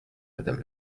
madame